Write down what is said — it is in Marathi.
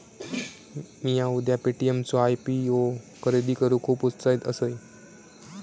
मिया उद्या पे.टी.एम चो आय.पी.ओ खरेदी करूक खुप उत्साहित असय